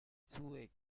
sue